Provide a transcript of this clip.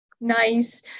nice